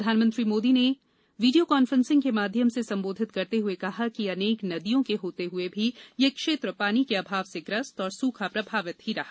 प्रधानमंत्री मोदी ने video conferencing के माध्यम से संबोधित करते हए कहा कि अनेक नदियों के होते हए भी यह क्षेत्र पानी के अभाव से ग्रस्त और सुखा प्रभावित ही रहा